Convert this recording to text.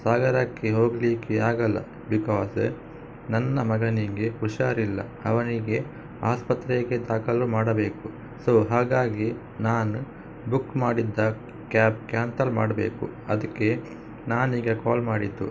ಸಾಗರಕ್ಕೆ ಹೋಗಲಿಕ್ಕೆ ಆಗೋಲ್ಲ ಬಿಕಾಸ ನನ್ನ ಮಗನಿಗೆ ಹುಷಾರಿಲ್ಲ ಅವನಿಗೆ ಆಸ್ಪತ್ರೆಗೆ ದಾಖಲು ಮಾಡಬೇಕು ಸೊ ಹಾಗಾಗಿ ನಾನು ಬುಕ್ ಮಾಡಿದ್ದ ಕ್ಯಾಬ್ ಕ್ಯಾನ್ತಲ್ ಮಾಡಬೇಕು ಅದಕ್ಕೆ ನಾನೀಗ ಕಾಲ್ ಮಾಡಿದ್ದು